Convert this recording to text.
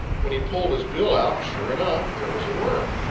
when he pulled his bill out, sure enough, there was a worm.